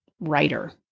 writer